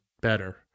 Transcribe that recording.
better